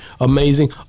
amazing